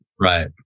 Right